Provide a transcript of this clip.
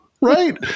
right